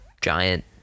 giant